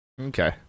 Okay